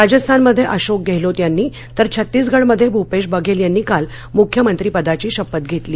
राजस्थानमध्ये अशोक गेहलोत यांनी तर छत्तीसगढमध्ये भूपेश बघेल यांनी काल मुख्यमंत्रीपदाची शपथ घेतली